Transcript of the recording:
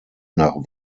nach